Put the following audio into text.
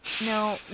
No